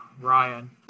Ryan